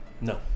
No